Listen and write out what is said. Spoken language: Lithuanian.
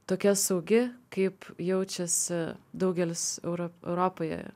tokia saugi kaip jaučiasi daugelis euro europoje